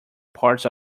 parts